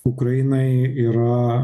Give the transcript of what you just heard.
ukrainai yra